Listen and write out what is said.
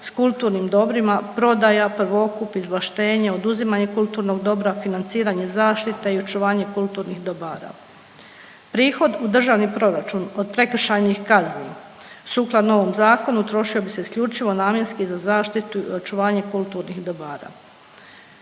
sa kulturnim dobrima, prodaja, prvokup, izvlaštenje, oduzimanje kulturnog dobra, financiranje zaštite i očuvanje kulturnih dobara. Prihod u državni proračun od prekršajnih kazni sukladno ovom zakonu trošio bi se isključivo namjenski za zaštitu i očuvanje kulturnih dobara.